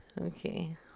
Okay